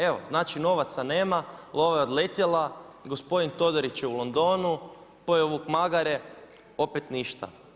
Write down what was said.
Evo, znači novaca nema, lova je odletila, gospodin Todorić je u Londonu, pojeo vuk magare, opet ništa.